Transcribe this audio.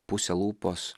puse lūpos